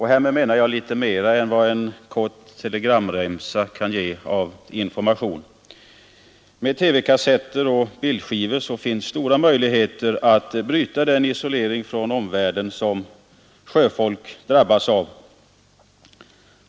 Härmed menar jag litet mera än vad en kort telegramremsa kan ge av information. Med TV-kassetter och bildskivor finns stora möjligheter att bryta den isolering från omvärlden som sjöfolk drabbas av.